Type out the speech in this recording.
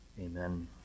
Amen